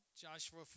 Joshua